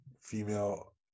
female